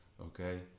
okay